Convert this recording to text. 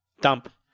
Dump